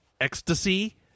ecstasy